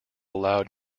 loud